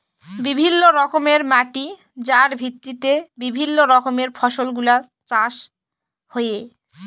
বিভিল্য রকমের মাটি যার ভিত্তিতে বিভিল্য রকমের ফসল গুলা চাষ হ্যয়ে